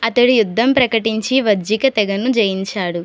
అతడు యుద్ధం ప్రకటించి వజ్జిక తెగను జయించాడు